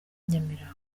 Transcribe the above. nyamirambo